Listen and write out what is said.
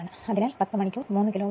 അതിനാൽ 10 മണിക്കൂർ 3 കിലോവാട്ട്